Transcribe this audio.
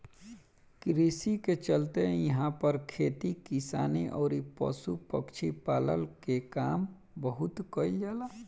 कृषि के चलते इहां पर खेती किसानी अउरी पशु पक्षी पालन के काम बहुत कईल जाला